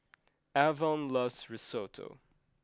Avon loves Risotto